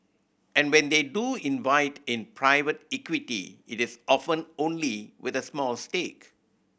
and when they do invite in private equity it is often only with a small stake